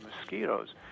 mosquitoes